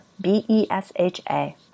B-E-S-H-A